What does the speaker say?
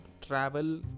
travel